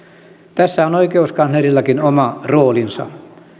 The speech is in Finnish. tässä on oikeuskanslerillakin oma roolinsa